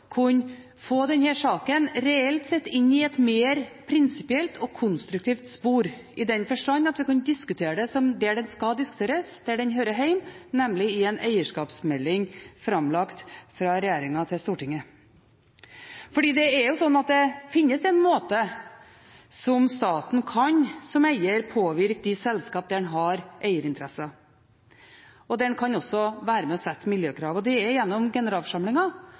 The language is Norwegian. kunne få denne saken reelt sett inn i et mer prinsipielt og konstruktivt spor, i den forstand at vi kunne diskutere det der den skal diskuteres, og der den hører hjemme, nemlig i en eierskapsmelding framlagt fra regjeringen til Stortinget. For det er jo slik at det finnes en måte der staten som eier kan påvirke de selskap der man har eierinteresser, og der en også kan være med og sette miljøkrav, og det er gjennom